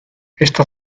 esta